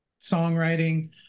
songwriting